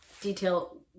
detail